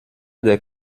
des